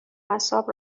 اعصاب